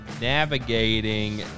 navigating